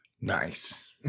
Nice